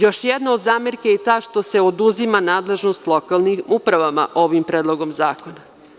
Još jedna od zamerki je i ta što se oduzima nadležnost lokalnim upravama ovim predlogom zakona.